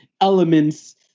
elements